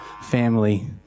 family